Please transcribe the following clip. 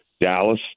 Dallas